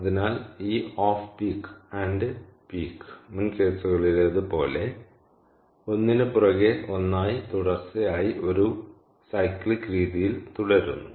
അതിനാൽ ഈ off peak and peak മുൻ കേസുകളിലേത് പോലെ ഒന്നിനുപുറകെ ഒന്നായി തുടർച്ചയായി ഒരു ചാക്രിക രീതിയിൽ തുടരുന്നു